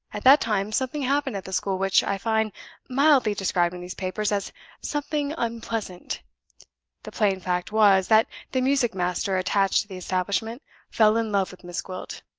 at that time something happened at the school which i find mildly described in these papers as something unpleasant the plain fact was that the music-master attached to the establishment fell in love with miss gwilt.